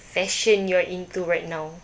fashion you're into right now